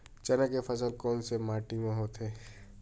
चना के फसल कोन से माटी मा होथे?